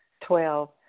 Twelve